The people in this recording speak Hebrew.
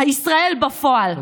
ישראל בפועל.